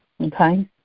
Okay